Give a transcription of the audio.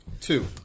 Two